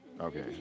Okay